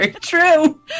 true